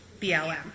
BLM